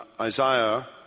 Isaiah